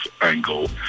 angle